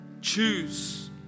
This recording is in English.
Choose